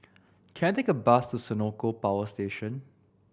can I take a bus to Senoko Power Station